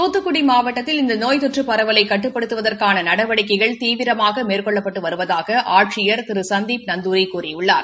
தூத்துக்குடி மாவட்டத்தில் இந்த நோய் தொற்று பரவலை கட்டுப்படுத்துவதற்கான நடவடிக்கைகள் தீவிரமாக மேற்கொள்ளப்பட்டு வருவதாக ஆட்சியர் திரு சந்தீப் நந்தூரி கூழியுள்ளார்